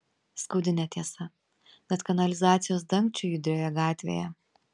skaudi netiesa net kanalizacijos dangčiui judrioje gatvėje